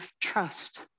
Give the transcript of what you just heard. trust